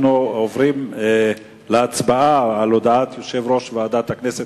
אנחנו עוברים להצבעה על הודעת יושב-ראש ועדת הכנסת,